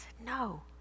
no